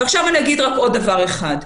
ועכשיו אני אגיד רק עוד דבר אחד.